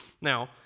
Now